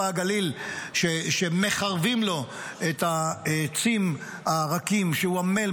הגליל שמחרבים לו את העצים הרכים שהוא עמל,